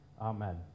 Amen